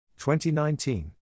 2019